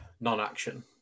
non-action